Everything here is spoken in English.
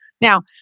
Now